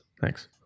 Thanks